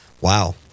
Wow